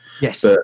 Yes